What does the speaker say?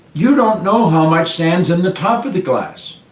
you don't know how much sand's in the top of the glass.